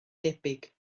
debyg